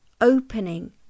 opening